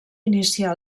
iniciar